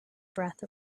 breath